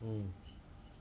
mm